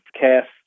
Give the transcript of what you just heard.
cast